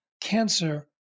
cancer